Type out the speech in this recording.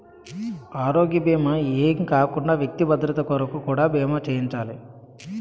ఆరోగ్య భీమా ఏ కాకుండా వ్యక్తి భద్రత కొరకు కూడా బీమా చేయించాలి